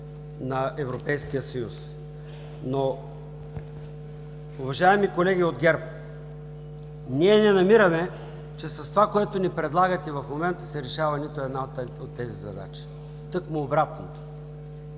на Европейския съюз, но… Уважаеми колеги от ГЕРБ, ние не намираме, че с това, което ни предлагате в момента, се решава поне една от трите от тези задачи. Тъкмо обратното